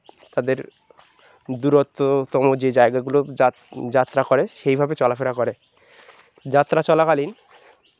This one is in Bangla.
তাদের দূরত্বতম যে জায়গাগুলো যা যাত্রা করে সেইভাবে চলাফেরা করে যাত্রা চলাকালীন